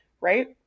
right